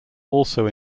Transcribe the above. also